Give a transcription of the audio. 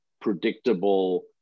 predictable